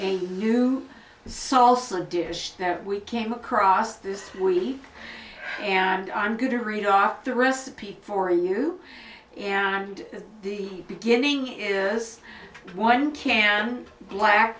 a new salsa dish we came across this week and i'm going to read off the recipient for you and the beginning is one can black